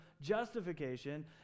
justification